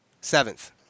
seventh